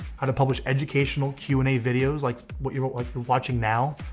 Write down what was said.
how to publish educational q and a videos like what you're what like you're watching now.